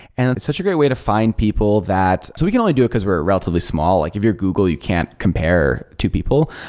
and it's such a great way to find people that so we can only do it because we're relatively small. like if you're google, you compare compare to people.